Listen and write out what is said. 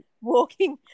walking